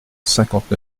cinquante